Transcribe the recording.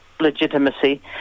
legitimacy